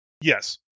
Yes